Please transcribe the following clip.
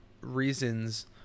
reasons